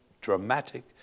dramatic